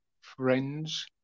friends